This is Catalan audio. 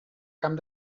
camp